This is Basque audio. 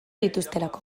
dituztelako